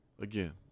Again